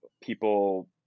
people